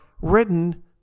written